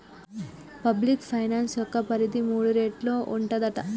public finance యొక్క పరిధి మూడు రేట్లు ఉంటదట